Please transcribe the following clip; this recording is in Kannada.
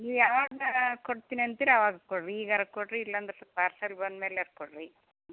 ನೀವು ಯಾವಾಗಾದ್ರೂ ಕೊಡ್ತೀನಿ ಅಂತೀರಿ ಆವಾಗ ಕೊಡಿರಿ ಈಗಾದ್ರೂ ಕೊಡಿರಿ ಇಲ್ಲಂದ್ರೆ ಸೊಪ್ಪು ಪಾರ್ಸಲ್ ಬಂದ್ಮೇಲೆ ಆರ ಕೊಡಿರಿ ಹ್ಞೂ